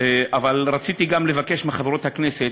אבל רציתי גם לבקש מחברות הכנסת: